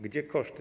Gdzie koszty?